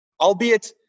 Albeit